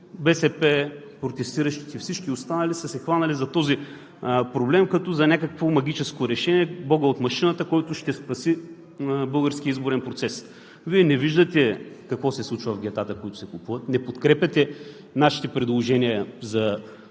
БСП, протестиращите, всички останали са се хванали за този проблем като за някакво магическо решение – вотът от машината, който ще спаси българския изборен процес. Вие не виждате какво се случва в гетата, които се купуват, не подкрепяте нашите предложения за образователен